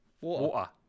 Water